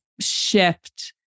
shift